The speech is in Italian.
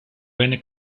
venne